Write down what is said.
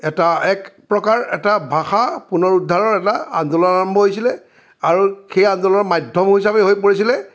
এটা এক প্ৰকাৰ এটা ভাষা পুনৰুদ্ধাৰৰ এটা আন্দোলন আৰম্ভ হৈছিলে আৰু সেই আন্দোলনৰ মাধ্যম হিচাপেই হৈ পৰিছিলে